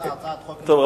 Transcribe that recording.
טוב,